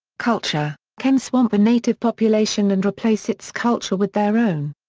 culture can swamp a native population and replace its culture with their own.